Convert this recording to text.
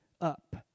up